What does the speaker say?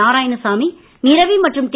நாராயணசாமி நிரவி மற்றும் டி